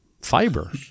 fiber